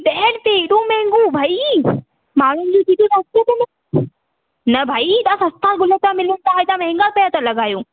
ॾह रुपिए हेॾो मांहगो भई माण्हुनि जे हिते त सस्तो तो मिले न भई हेॾा सस्ता गुल त मिलनि तव्हां हेॾा माहंगा त लॻायो